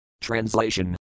Translation